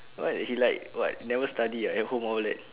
what he like what never study ah at home all leh